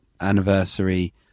anniversary